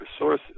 resources